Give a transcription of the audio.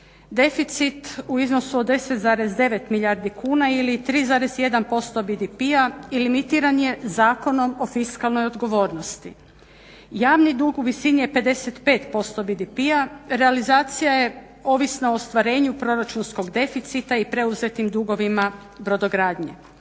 deficit u iznosu od 10, 9 milijardi kuna ili 3,1% BDP-a emitiran je Zakonom o fiskalnoj odgovornosti. Javni dug u visini je 55% BDp-a, realizacija je ovisna o ostvarenju proračunskog deficita i preuzetim dugovima brodogradnje.